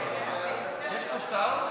יש פה שר?